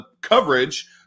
coverage